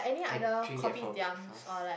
I drink that for breakfast